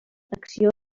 acció